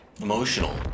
emotional